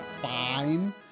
fine